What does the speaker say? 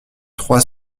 trois